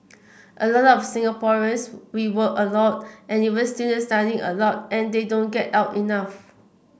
a lot of Singaporeans we work a lot and even students study a lot and they don't get out enough